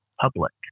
public